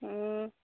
ꯎꯝ